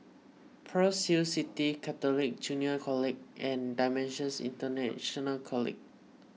Pearl's Hill City Catholic Junior College and Dimensions International College